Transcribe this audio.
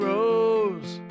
Rose